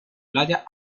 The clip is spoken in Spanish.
playa